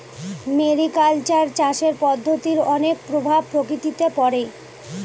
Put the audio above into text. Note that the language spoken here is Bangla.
মেরিকালচার চাষের পদ্ধতির অনেক প্রভাব প্রকৃতিতে পড়ে